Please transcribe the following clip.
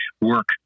work